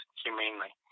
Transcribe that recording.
humanely